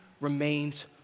remains